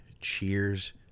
Cheers